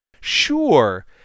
Sure